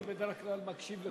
אני בדרך כלל מקשיב לכולם.